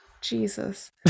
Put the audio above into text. jesus